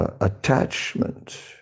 attachment